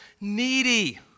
needy